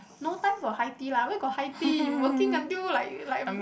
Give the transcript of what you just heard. no time for high tea lah where got high tea working until like like